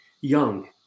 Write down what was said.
young